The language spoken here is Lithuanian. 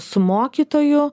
su mokytoju